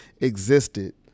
existed